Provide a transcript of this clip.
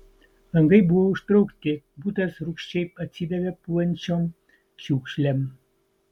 langai buvo užtraukti butas rūgščiai atsidavė pūvančiom šiukšlėm